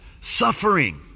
suffering